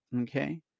Okay